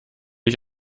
ich